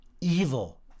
evil